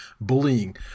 bullying